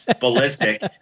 Ballistic